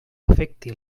afecte